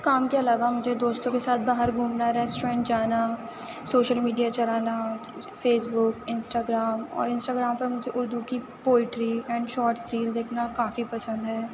کام کے علاوہ مجھے دوستوں کے ساتھ باہر گھومنا ریسٹورنٹ جانا سوشل میڈیا چلانا فیس بک انسٹاگرام اور انسٹاگرام پر مجھے اُردو کی پوئیٹری اینڈ شارٹ چیز دیکھنا کافی پسند ہے